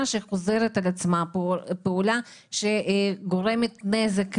שחוזרת על עצמה וגורמת נזק לבריאות,